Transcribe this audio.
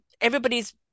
everybody's